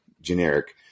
generic